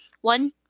One